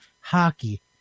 hockey